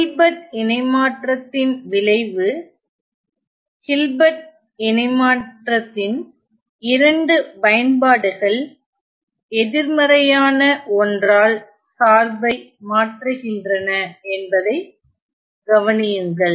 Hilbert இணைமாற்றத்தின் விளைவு Hilbert இணைமாற்றத்தின் இரண்டு பயன்பாடுகள் எதிர்மறையான ஒன்றால் சார்பை மாற்றுகின்றன என்பதைக் கவனியுங்கள்